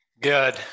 Good